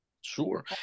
Sure